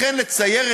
יש?